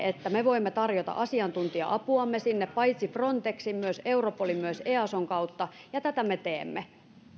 että me voimme tarjota asiantuntija apuamme sinne paitsi frontexin myös europolin ja eason kautta ja tätä me teemme